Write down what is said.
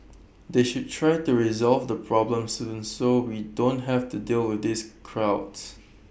they should try to resolve the problem sooner so we don't have to deal with these crowds